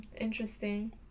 Interesting